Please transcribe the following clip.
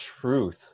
truth